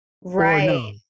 Right